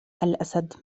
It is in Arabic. الأسد